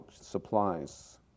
supplies